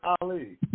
Ali